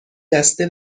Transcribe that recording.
دسته